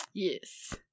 Yes